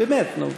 באמת, נו.